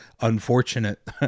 unfortunate